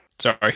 Sorry